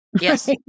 Yes